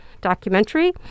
documentary